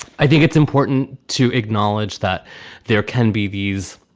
i think it's important to acknowledge that there can be these